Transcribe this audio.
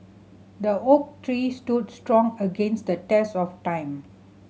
the oak tree stood strong against the test of time